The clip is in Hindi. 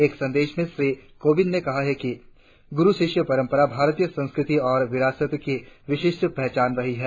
एक संदेश में श्री कोविंद ने कहा कि गुरु शिष्य परम्परा भारतीय संस्कृति और विरासत की विशिष्ट पहचान रही है